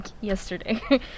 yesterday